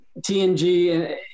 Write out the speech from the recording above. TNG